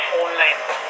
online